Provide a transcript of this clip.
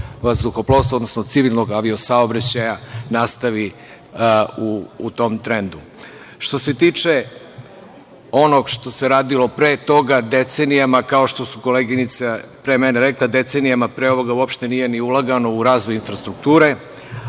vazduhoplovstva, odnosno civilnog avio saobraćaja, nastavi u tom trendu. Što se tiče onog što se radilo pre toga, decenijama kao što su kolege pre mene rekle, decenijama pre ovoga uopšte nije ni ulagano u razvoj infrastrukture,